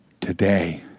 today